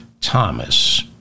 Thomas